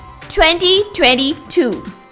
2022